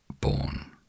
born